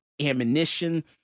ammunition